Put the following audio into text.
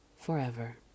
forever